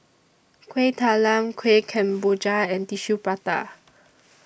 Kuih Talam Kueh Kemboja and Tissue Prata